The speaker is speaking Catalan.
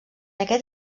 aquest